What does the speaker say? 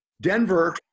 Denver